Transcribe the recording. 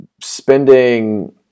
spending